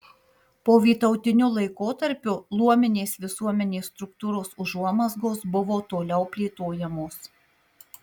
povytautiniu laikotarpiu luominės visuomenės struktūros užuomazgos buvo toliau plėtojamos